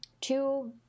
two